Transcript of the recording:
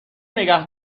نگه